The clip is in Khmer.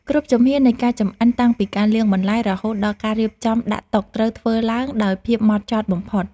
គ្រប់ជំហាននៃការចម្អិនតាំងពីការលាងបន្លែរហូតដល់ការរៀបចំដាក់តុត្រូវធ្វើឡើងដោយភាពហ្មត់ចត់បំផុត។